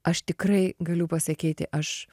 aš tikrai galiu pasakyti aš